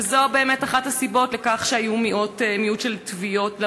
וזו באמת אחת הסיבות לכך שהיו תביעות מעטות למרות